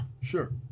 sure